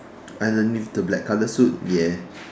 underneath the black colour suit ya